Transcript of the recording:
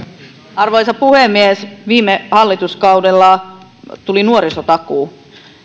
arvoisa puhemies viime hallituskaudella tuli nuorisotakuu